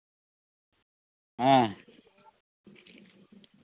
ᱦᱮᱸ